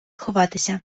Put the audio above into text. сховатися